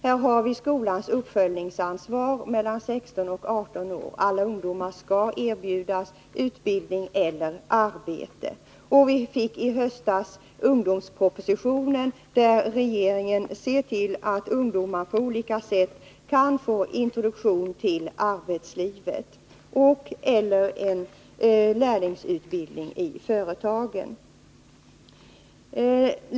Här finns skolans uppföljningsansvar, som innebär att alla ungdomar mellan 16 och 18 år skall erbjudas utbildning eller arbete. Vi fick i höstas ungdomspropositionen, där regeringen förde fram förslag, som innebär att ungdomar på olika sätt kan få introduktion i arbetslivet och/eller en lärlingsutbildning i ett företag.